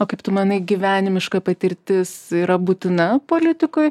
o kaip tu manai gyvenimiška patirtis yra būtina politikui